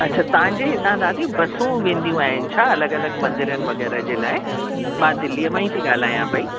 अच्छा तव्हां जे हितां दादी बसियूं वेंदियूं आहिनि छा अलॻि अलॻि मंदरनि वग़ैरह जी लाइ मां दिल्लीअ मां थी ॻाल्हायां पई